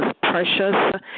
precious